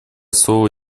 слово